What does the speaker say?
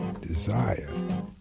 desire